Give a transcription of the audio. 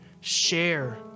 share